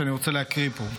שאני רוצה להקריא פה.